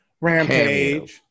Rampage